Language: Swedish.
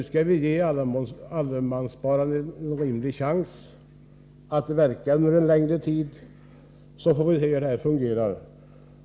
Vi tycker att man nu skall ge allemanssparandet en rimlig chans att verka under en längre tid, så att vi får se hur det fungerar.